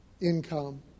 income